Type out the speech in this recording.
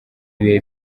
ibihe